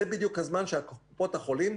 זה בדיוק הזמן שקופות החולים,